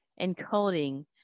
encoding